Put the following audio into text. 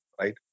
right